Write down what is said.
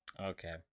Okay